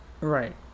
Right